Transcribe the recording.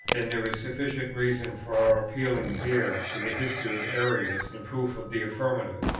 then there is sufficient reason for our appealing here to the history of arius in proof of the affirmative.